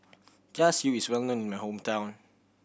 Char Siu is well known in my hometown